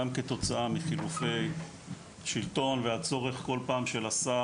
גם כתוצאה מחילופי שלטון והצורך כל פעם של השר,